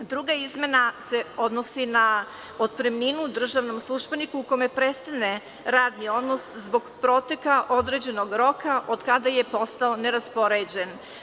Druga izmena se odnosi na otpremninu državnom službeniku kome prestaje radni odnos zbog proteka određenog roka od kada je postao neraspoređen.